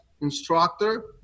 instructor